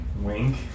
Wink